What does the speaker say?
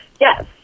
Yes